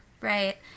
Right